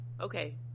Okay